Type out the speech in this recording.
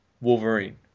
Wolverine